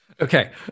Okay